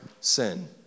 sin